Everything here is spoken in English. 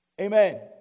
amen